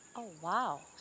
ah wow.